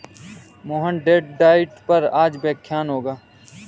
Mohan date diet पर आज व्याख्यान होगा